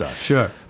sure